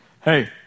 hey